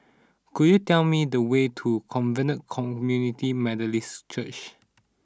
could you tell me the way to Covenant Community Methodist Church